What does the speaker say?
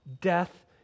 death